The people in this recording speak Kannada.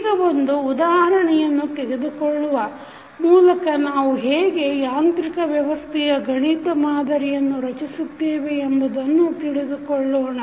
ಈಗ ಒಂದು ಉದಾಹರಣೆಯನ್ನು ತೆಗೆದುಕೊಳ್ಳುವ ಮೂಲಕ ನಾವು ಹೇಗೆ ಯಾಂತ್ರಿಕ ವ್ಯವಸ್ಥೆಯ ಗಣಿತ ಮಾದರಿಯನ್ನು ರಚಿಸುತ್ತೇವೆ ಎಂಬುದನ್ನು ತಿಳಿದುಕೊಳ್ಳೋಣ